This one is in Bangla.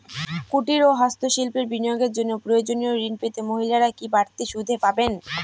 কুটীর ও হস্ত শিল্পে বিনিয়োগের জন্য প্রয়োজনীয় ঋণ পেতে মহিলারা কি বাড়তি সুবিধে পাবেন?